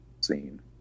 scene